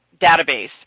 database